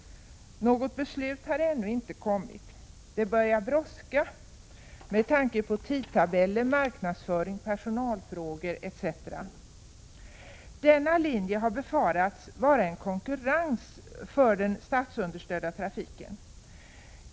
Något beslut har ännu inte kommit. Det börjar brådska med tanke på tidtabeller, marknadsföring, personalfrågor, etc. Denna linje har befarats vara en konkurrens för den statsunderstödda trafiken.